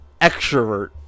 extrovert